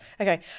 Okay